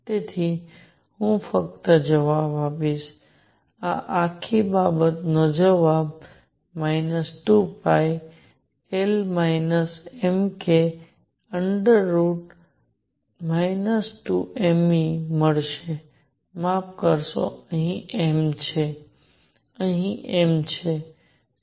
તેથી હું ફક્ત જવાબ આપીશ આ આખી બાબતનો જવાબ 2L mk 2mEમળશે માફ કરશો અહીં m છે અહીં m છે તે છે